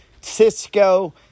Cisco